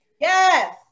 Yes